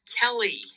Kelly